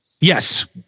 Yes